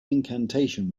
incantation